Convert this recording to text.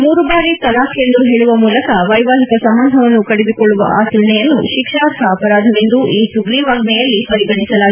ಮೂರು ಬಾರಿ ತಲಾಖ್ ಎಂದು ಹೇಳುವ ಮೂಲಕ ವೈವಾಹಿಕ ಸಂಬಂಧವನ್ನು ಕಡಿದುಕೊಳ್ಳುವ ಆಚರಣೆಯನ್ನು ಶಿಕ್ಷಾರ್ಹ ಅಪರಾಧವೆಂದು ಈ ಸುಗ್ರವಾಜ್ಞೆಯಲ್ಲಿ ಪರಿಗಣಿಸಲಾಗಿದೆ